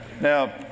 Now